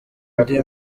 ndi